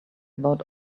about